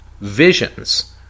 visions